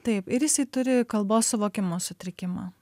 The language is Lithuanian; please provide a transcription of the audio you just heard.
taip ir jisai turi kalbos suvokimo sutrikimą